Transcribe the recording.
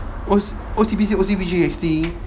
O O_C_B_C three sixty